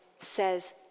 says